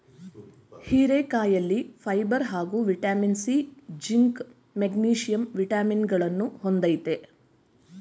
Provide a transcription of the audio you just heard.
ಹೀರೆಕಾಯಿಲಿ ಫೈಬರ್ ಹಾಗೂ vitamin C, zinc, magnesium ವಿಟಮಿನಗಳನ್ನ ಹೊಂದಯ್ತೆ